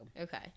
Okay